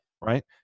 right